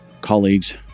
colleagues